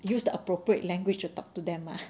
use the appropriate language to talk to them ah